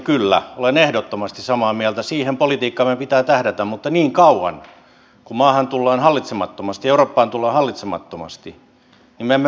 kyllä olen ehdottomasti samaa mieltä siihen politiikkaan meidän pitää tähdätä mutta niin kauan kuin maahan tullaan hallitsemattomasti ja eurooppaan tullaan hallitsemattomasti me emme pääse siihen tilanteeseen